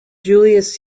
julius